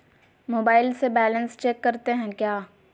Mobile से balance check करते हैं क्या?